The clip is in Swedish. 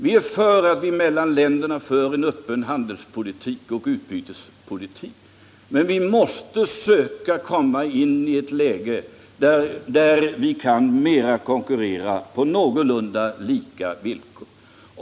Vi vill att det mellan länderna skall föras en öppen handelsoch utbytespolitik, men vi måste försöka komma i ett läge där vi kan konkurrera på någorlunda lika villkor.